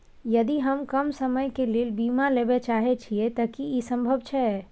यदि हम कम समय के लेल बीमा लेबे चाहे छिये त की इ संभव छै?